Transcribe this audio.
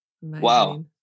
Wow